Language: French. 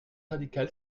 radical